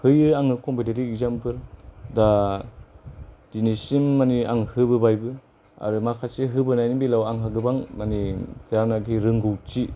होयो आङो competitive exam for the दिनैसिम मानि आं होबोबायबो आरो माखासे होबोनायनि बेलायाव आंहा गोबां मानि जानाखि रोंगौथि